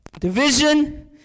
Division